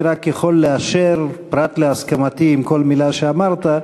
אני רק יכול לאשר, פרט להסכמתי לכל מילה שאמרת,